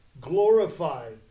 Glorified